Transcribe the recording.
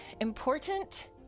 important